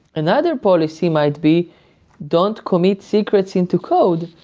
another policy might be don't commit secrets into code,